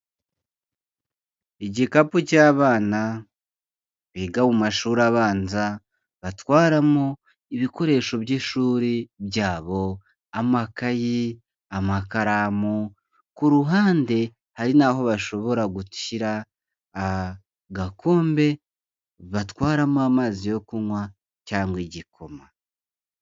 Igikapu cy'abana biga mu mashuri abanza batwaramo ibikoresho by'ishuri byabo, amakayi, amakaramu, ku ruhande hari naho bashobora gushyira agakombe batwaramo amazi yo kunywa cyangwa igikoma.